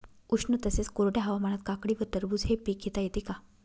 उष्ण तसेच कोरड्या हवामानात काकडी व टरबूज हे पीक घेता येते का?